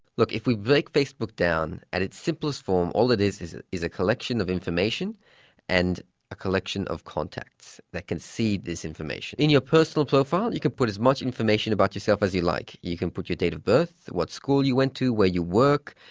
look, if we break facebook down, at its simplest form, all it is is a collection of information and a collection of contacts that can see this information. in your personal profile you can put as much information about yourself as you like. you can put your date of birth, what school you went to, where you work,